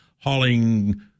hauling